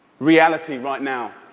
reality right now.